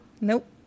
Nope